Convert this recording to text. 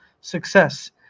success